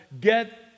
get